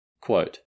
Quote